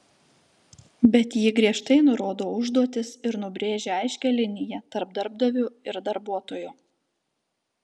bet ji griežtai nurodo užduotis ir nubrėžia aiškią liniją tarp darbdavio ir darbuotojo